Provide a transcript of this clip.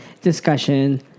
discussion